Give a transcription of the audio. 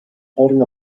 holding